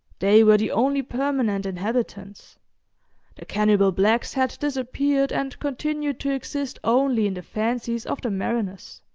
they were the only permanent inhabitants the cannibal blacks had disappeared, and continued to exist only in the fancies of the mariners.